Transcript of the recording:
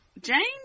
James